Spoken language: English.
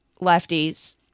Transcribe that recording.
lefties